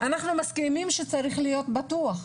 אנחנו מסכימים שצריך להיות בטוח.